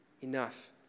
enough